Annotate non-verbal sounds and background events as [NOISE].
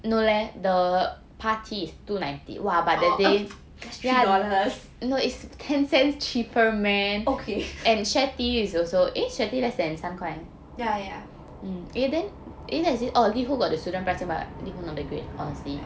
oh um that's three dollars okay [LAUGHS] yeah yeah yeah